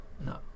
no